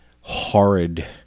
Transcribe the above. horrid